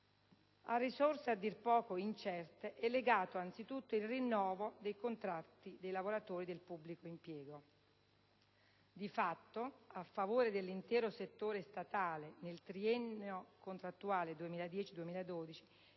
A risorse a dir poco incerte è legato anzitutto il rinnovo del contratto dei lavoratori del pubblico impiego. Di fatto, a favore dell'intero settore statale, nel triennio contrattuale 2010-2012